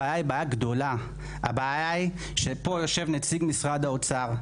הבעיה היא בעיה גדולה שפה יושב נציג משרד האוצר,